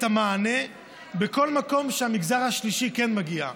המענה בכל מקום שהמגזר השלישי כן מגיע.